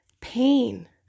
pain